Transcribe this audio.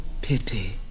pity